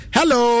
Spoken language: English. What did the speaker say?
Hello